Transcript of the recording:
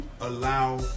allow